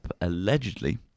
allegedly